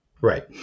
Right